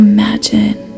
Imagine